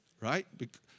right